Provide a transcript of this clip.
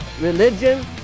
religion